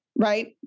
right